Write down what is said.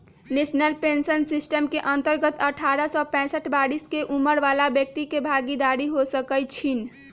national pension system के अंतर्गत अठारह से पैंसठ बरिश के उमर बला व्यक्ति भागीदार हो सकइ छीन्ह